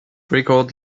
record